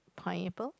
pineapple